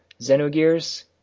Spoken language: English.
Xenogears